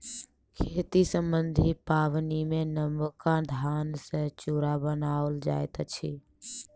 खेती सम्बन्धी पाबनिमे नबका धान सॅ चूड़ा बनाओल जाइत अछि